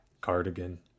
cardigan